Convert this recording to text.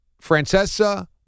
Francesca